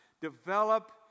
Develop